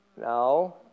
No